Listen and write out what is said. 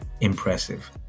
impressive